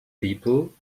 people